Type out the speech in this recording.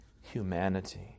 humanity